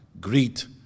greet